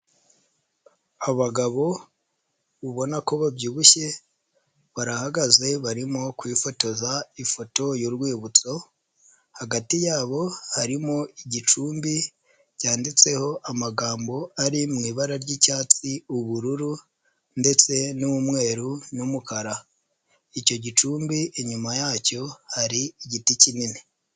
Abagabo ubona ko babyibushye barahagaze barimo kwifotoza ifoto y'urwibutso, hagati yabo harimo igicumbi cyanditseho amagambo ari mu ibara r'icyatsi, ubururu ndetse n'umweru n'umukara, icyo gicumbi inyuma yacyo hari igiti kinini.